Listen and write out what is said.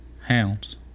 hounds